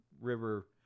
river